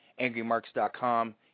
angrymarks.com